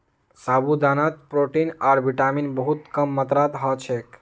साबूदानात प्रोटीन आर विटामिन बहुत कम मात्रात ह छेक